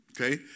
okay